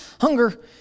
hunger